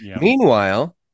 Meanwhile